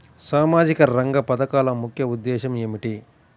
సామాజిక రంగ పథకాల ముఖ్య ఉద్దేశం ఏమిటీ?